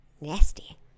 nasty